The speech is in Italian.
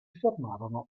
fermarono